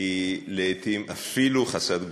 הן לעתים אפילו חסרות גבולות,